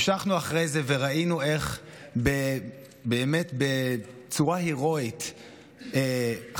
המשכנו אחרי זה וראינו איך באמת בצורה הירואית חטוף,